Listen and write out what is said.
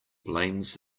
blames